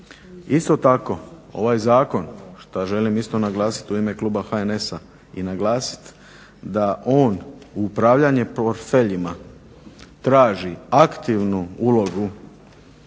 Isto tako ovaj zakon što želim isto naglasiti u ime kluba HNS-a i naglasiti da on upravljanje portfeljima traži aktivnu ulogu